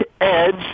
edge